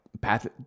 path